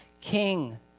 king